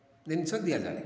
ଜିନିଷ ଦିଆଯାଏ